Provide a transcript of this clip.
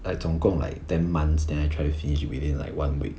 I 总共 like ten months then I try to finish it within like one week